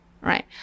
Right